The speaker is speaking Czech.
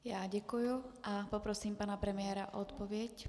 Já děkuji a poprosím pana premiéra o odpověď.